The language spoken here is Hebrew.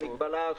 קבועות.